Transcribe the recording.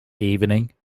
evening